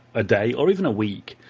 a day or even a week,